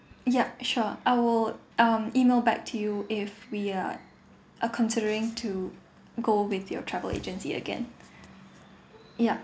yup sure I would um email back to you if we are are considering to go with your travel agency again ya